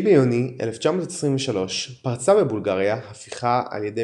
ב-9 ביוני 1923 פרצה בבולגריה הפיכה על ידי